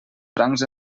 francs